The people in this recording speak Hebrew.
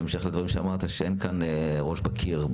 אין כאן ראש בקיר,